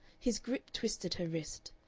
his grip twisted her wrist.